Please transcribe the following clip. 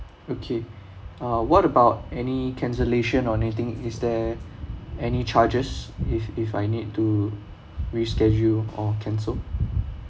okay uh what about any cancellation or anything is there any charges if if I need to reschedule or cancel